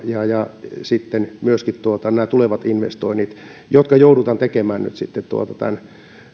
ja ja sitten myöskin tulevat investoinnit jotka joudutaan tekemään nyt sitten tämän